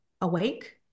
awake